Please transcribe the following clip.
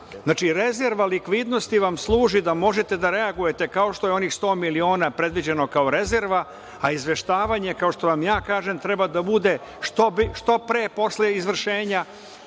stvari. Rezerva likvidnosti vam služi da možete da reagujete, kao što je ovih 100 miliona predviđeno kao rezerva, a izveštavanje, kao što vam ja kažem, treba da bude što pre posle izvršenja